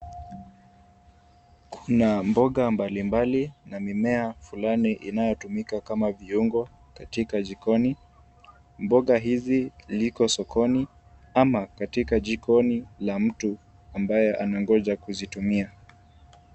Kuna mboga mbalimbali na mimea fulani inayotumika kama viungo katika jikoni. Mboga hizi liko sokoni ama katika jikoni la mtu ambaye anangoja kuzitumia.